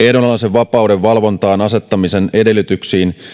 vapauden valvontaan asettamisen edellytyksiin